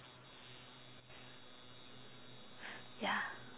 ya